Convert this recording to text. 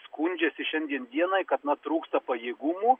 skundžiasi šiandien dienai kad na trūksta pajėgumų